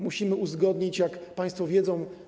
Musimy to uzgodnić, jak państwo wiedzą.